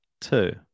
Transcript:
Two